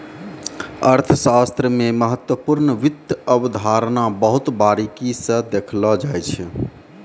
अर्थशास्त्र मे महत्वपूर्ण वित्त अवधारणा बहुत बारीकी स देखलो जाय छै